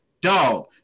dog